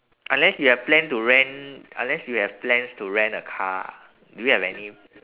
unless you have plan to rent unless you have plans to rent a car do you have any